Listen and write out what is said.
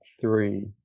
three